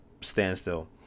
standstill